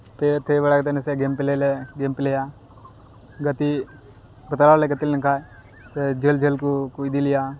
ᱯᱮ ᱛᱷᱤᱭᱟᱹ ᱵᱟᱲᱟ ᱠᱟᱛᱮ ᱱᱟᱥᱮᱭᱟᱜ ᱜᱮᱢ ᱯᱞᱮ ᱞᱮ ᱜᱮᱢ ᱯᱞᱮᱭᱟ ᱜᱟᱛᱮᱜ ᱠᱚᱰᱨᱟ ᱞᱮ ᱜᱟᱛᱮᱞᱮᱱ ᱠᱷᱟᱱ ᱥᱮ ᱡᱷᱟᱹᱞ ᱡᱷᱟᱹᱞᱠᱚ ᱠᱚ ᱤᱫᱤᱞᱮᱭᱟ